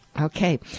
Okay